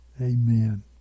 Amen